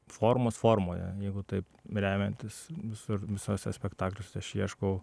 formos formoje jeigu taip remiantis visur visuose spektakliuose tai aš ieškau